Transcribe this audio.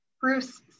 Bruce